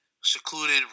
secluded